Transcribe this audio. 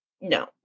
no